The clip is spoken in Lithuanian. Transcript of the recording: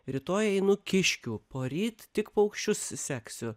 rytoj einu kiškių poryt tik paukščius seksiu